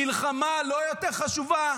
המלחמה, לא יותר חשובה?